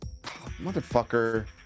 Motherfucker